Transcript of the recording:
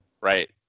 Right